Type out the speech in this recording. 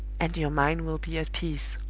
and your mind will be at peace.